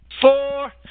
four